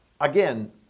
again